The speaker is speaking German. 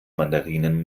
mandarinen